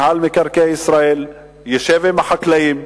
שמינהל מקרקעי ישראל ישב עם החקלאים,